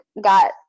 got